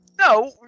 No